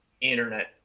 internet